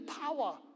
power